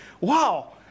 Wow